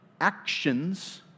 actions